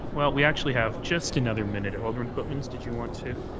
we actually have just another minute. ah alderman pootmans, did you want to.